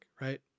right